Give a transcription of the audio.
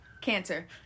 Cancer